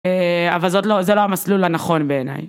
אבל זאת לא זה לא המסלול הנכון בעיניי.